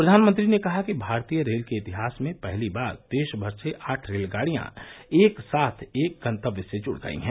प्रधानमंत्री ने कहा कि भारतीय रेल के इतिहास में पहली बार देशभर से आठ रेलगाडियां एक साथ एक गन्तव्य से जुड गई हैं